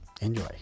Enjoy